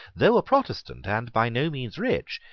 though a protestant, and by no means rich,